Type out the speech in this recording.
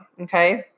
Okay